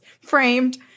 Framed